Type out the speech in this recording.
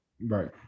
Right